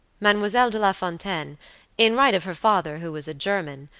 mademoiselle de lafontaine in right of her father who was a german,